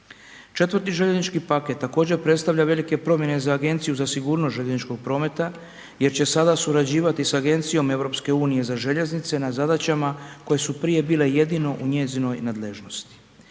4. željeznički paket također predstavlja velike promjene za Agenciju za sigurnost željezničkog prometa jer će sada surađivati sa Agencijom EU za željeznice na zadaćama koje su prije bile jedino u njezinoj nadležnosti.